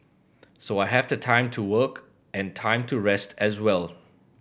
so I have the time to work and time to rest as well